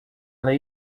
lei